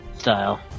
style